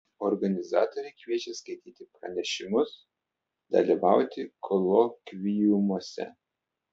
organizatoriai kviečia skaityti pranešimus dalyvauti kolokviumuose